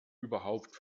überhaupt